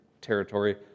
territory